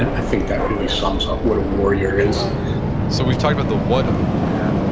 i think that really sums up what a warrior is so we've talked about the what of the warrior,